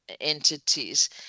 entities